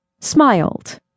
smiled